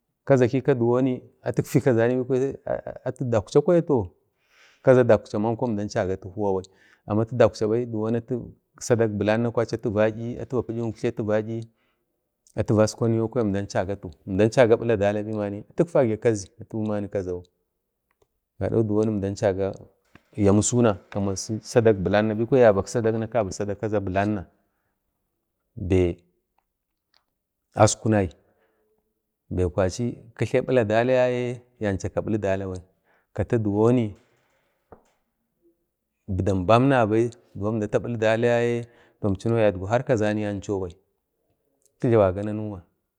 ﻿kaza kika diwoni atutfi kazani bikwaya atu daukha kwaya, kaza daukcha atiyau əmda ənchagatu huwa bai amma atu daukcha bai atu sadak bilanna kwaya atu va'yi atu va pu'yi uk'yai atu va'yi atu vaskwanu yaukwa əmdanchagatu əmdanachaga bila dala bai atutfage kazi gadadge əmdanchaga ya masuna kabi sadak bilanna bikwa yabak sadakni kabi sadak bilanna be askunai kwachi kata bila dala yaye yancha kabili dalabai kata diwoni əbdam bam nabai sai kibili dala yaye kazami anchobai atu jlawaga nanuwa.